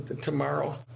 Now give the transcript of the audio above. tomorrow